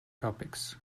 topics